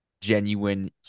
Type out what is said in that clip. genuine